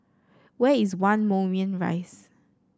where is One Moulmein Rise